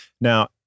now